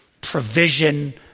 Provision